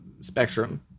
spectrum